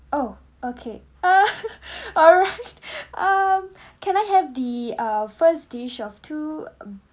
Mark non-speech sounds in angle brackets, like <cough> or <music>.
oh okay uh <laughs> alright um can I have the uh first dish of two